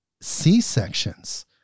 C-sections